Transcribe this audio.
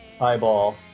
eyeball